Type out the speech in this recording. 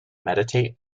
meditate